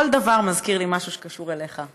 כל דבר מזכיר לי משהו שקשור אליך,